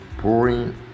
pouring